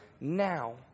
now